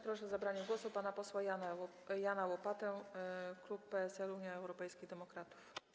Proszę o zabranie głosu pana posła Jana Łopatę, klub PSL - Unii Europejskich Demokratów.